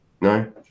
no